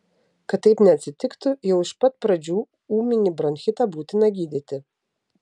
kad taip neatsitiktų jau iš pat pradžių ūminį bronchitą būtina gydyti